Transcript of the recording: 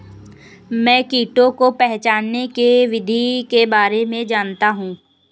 मैं कीटों को पहचानने की विधि के बारे में जनता हूँ